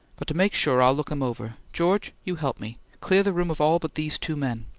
but to make sure, i'll look him over. george, you help me. clear the room of all but these two men.